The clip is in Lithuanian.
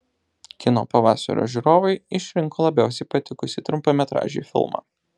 kino pavasario žiūrovai išrinko labiausiai patikusį trumpametražį filmą